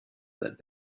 that